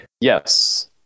Yes